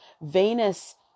Venus